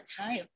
time